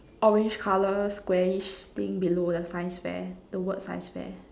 orange colour squarish thing below the science fair the word science fair